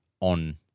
on